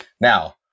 Now